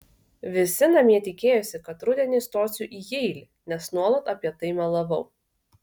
visi namie tikėjosi kad rudenį stosiu į jeilį nes nuolat apie tai melavau